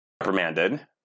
reprimanded